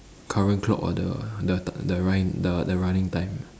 current clock or the the t~ the run~ the the running time